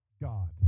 God